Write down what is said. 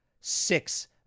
six